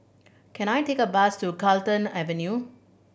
can I take a bus to Carlton Avenue